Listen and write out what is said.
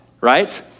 right